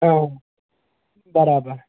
بَرابر